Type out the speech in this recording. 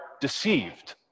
deceived